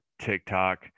TikTok